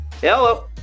Hello